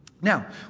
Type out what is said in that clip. Now